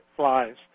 flies